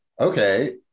okay